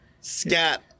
Scat